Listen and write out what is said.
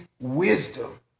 wisdom